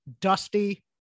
Dusty